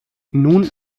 nun